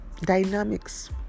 dynamics